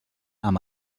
amb